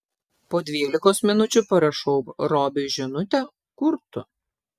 po dvylikos minučių parašau robiui žinutę kur tu